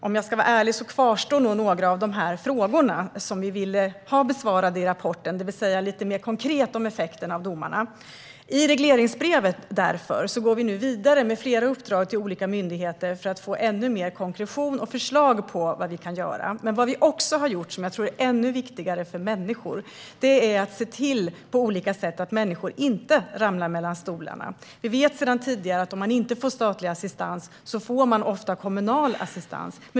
Om jag ska vara ärlig kvarstår nog några av frågorna som vi ville ha besvarade i rapporten, det vill säga lite mer konkret om effekten av domarna. I regleringsbrevet går vi nu därför vidare med flera uppdrag till olika myndigheter för att få ännu mer konkretion och förslag på vad vi kan göra. Vad vi också har gjort, som jag tror är ännu viktigare för människor, är att på olika sätt se till att människor inte ramlar mellan stolarna. Vi vet sedan tidigare att om man inte får statlig assistans får man ofta kommunal assistans.